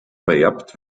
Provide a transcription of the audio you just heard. vererbt